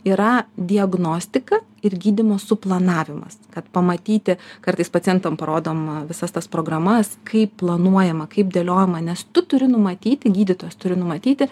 yra diagnostika ir gydymo suplanavimas kad pamatyti kartais pacientam parodoma visas tas programas kaip planuojama kaip dėliojama nes tu turi numatyti gydytojas turi numatyti